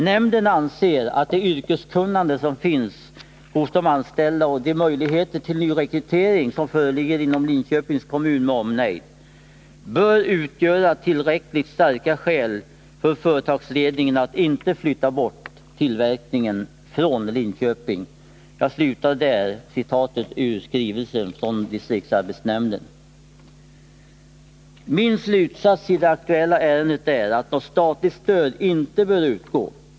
Nämnden anser att det yrkeskunnande, som finns hos de anställda och de möjligheter till nyrekrytering, som föreligger inom Linköpings kommun med omnejd, bör utgöra tillräckligt starka skäl för företagsledningen att inte flytta bort tillverkningen från Linköping.” Min slutsats i det aktuella ärendet är att något statligt stöd inte bör utgå.